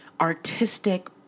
artistic